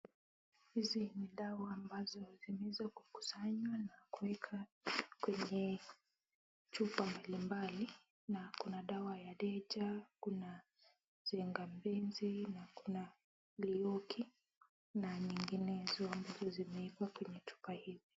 Hizi ni dawa ambazo huweza kukusanywa na kuwekwa kwenye chupa mbalimbali, na kuna dawa ya Decha, kuna Tengambizi na kuna Lioki na zinginezo ambazo zimewekwa kwenye chupa hizo.